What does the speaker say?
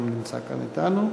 גם הוא נמצא כאן אתנו.